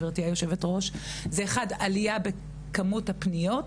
גברתי היושבת-ראש: 1. עלייה בכמות הפניות,